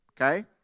Okay